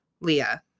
Leah